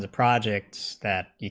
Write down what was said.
and projects that